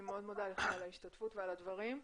אני מודה לך על ההשתתפות ועל הדברים.